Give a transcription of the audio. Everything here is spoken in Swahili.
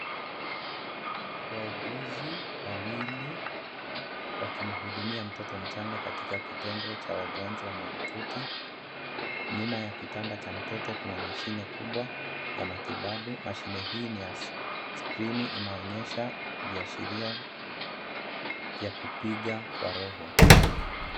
Wauguzi wawili wakimhudumia mtoto mchanga katika kitengo cha wagonjwa mahututi. Nyuma ya kitanda cha mtoto kuna mashine kubwa ya matibabu. Mashine hii ni ya skrini .Inaonyesha viashiria vya kupiga kwa roho.